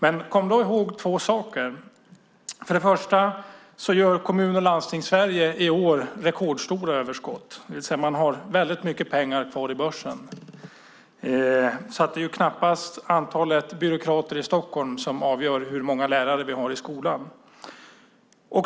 Men kom då ihåg två saker. Den första är att Kommun och landstingssverige i år gör rekordstora överskott. Man har alltså väldigt mycket pengar kvar i börsen. Det är alltså knappast antalet byråkrater i Stockholm som avgör hur många lärare vi har i skolan.